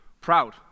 Proud